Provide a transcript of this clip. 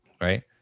Right